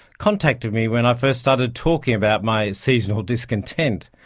contacted me when i first started talking about my seasonal discontent.